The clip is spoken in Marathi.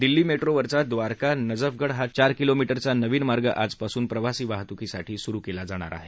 दिल्ली मेट्रोवरचा द्वारका नजफगड हा चार किलोमी उेचा नवीन मार्ग आज पासून प्रवासी वाहतुकीसाठी सुरू केला जाणार आहे